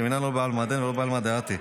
מנן לא בעלמא הדין ולא בעלמא דאתי".